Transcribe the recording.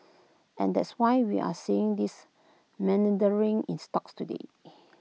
and that's why we're seeing this meandering in stocks today